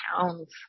pounds